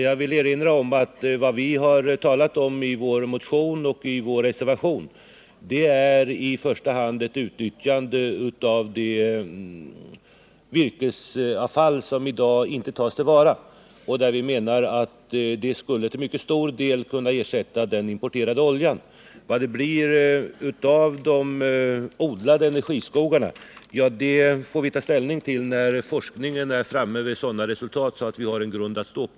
Jag vill erinra om att vad vi i vår motion och reservation i första hand har talat om är ett utnyttjande av det virkesavfall som i dag inte tas till vara. Vi menar att det till mycket stor del skulle kunna ersätta den importerade oljan. Vad det blir av de odlade energiskogarna får vi ta ställning till när forskningen är framme vid sådana resultat att vi har en grund att stå på.